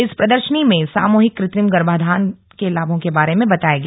इस प्रदर्शनी में सामूहिक कृत्रिम गर्भाधान के लामों के बारे में बताया गया